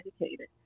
educated